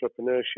entrepreneurship